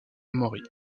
amaury